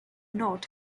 not